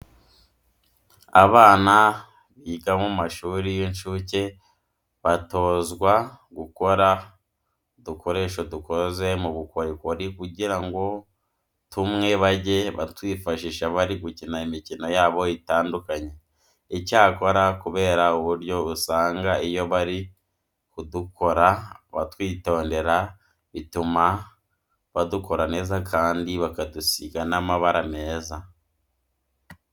Abana biga mu mashuri y'incuke batozwa gukora udukoresho dukoze mu bukorikori kugira ngo tumwe bajye batwifashisha bari gukina imikino yabo itandukanye. Icyakora kubera uburyo usanga iyo bari kudukora batwitondera, bituma badukora neza kandi bakadusiga n'amabara meza.